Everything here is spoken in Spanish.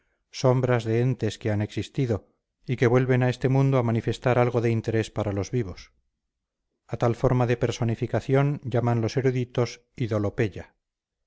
sombras de entes que han existido y que vuelven a este mundo a manifestar algo de interés para los vivos a tal forma de personificación llaman los eruditos